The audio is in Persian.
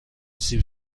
سیب